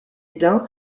hesdin